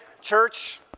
church